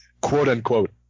quote-unquote